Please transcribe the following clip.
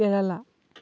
কেৰেলা